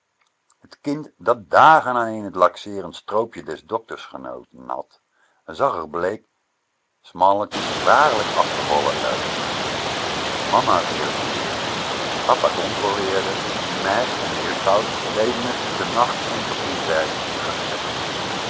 t kind dat dagen aaneen t laxeerend stroopje des dokters genoten had zag r bleek smalletjes waarlijk afgevallen uit mama verifieerde papa controleerde de meid en de juffrouw deden t te nacht en te ontijd